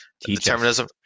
determinism